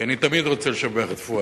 כי אני תמיד רוצה לשבח את פואד.